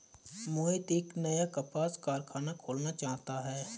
मोहित एक नया कपास कारख़ाना खोलना चाहता है